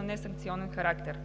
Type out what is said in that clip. а не със санкционен характер.